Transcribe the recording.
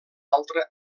altra